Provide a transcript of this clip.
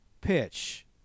pitch